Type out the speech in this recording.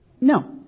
No